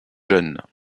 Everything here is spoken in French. jeunes